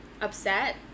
upset